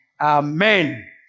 Amen